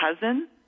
cousin